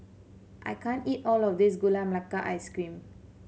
I can't eat all of this Gula Melaka Ice Cream